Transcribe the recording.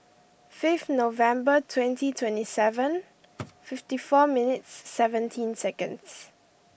fifth November twenty twenty seven fifty four minutes seventeen seconds